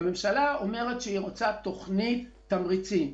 הממשלה אומרת שהיא רוצה תוכנית תמריצים,